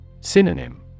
Synonym